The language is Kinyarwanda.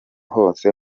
hose